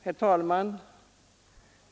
Herr talman!